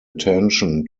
attention